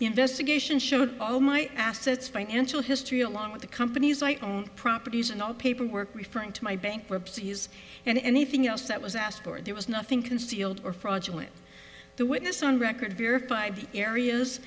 investigation showed all my assets financial history along with the company's site on properties and all paperwork referring to my bankruptcies and anything else that was asked for there was nothing concealed or fraudulent the witness on record verified the areas